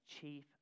chief